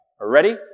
Ready